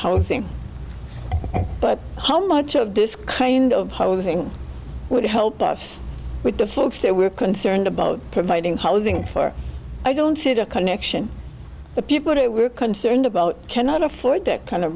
housing but how much of this kind of housing would help us with the folks there we're concerned about providing housing for i don't see the connection the people who are concerned about cannot afford to kind of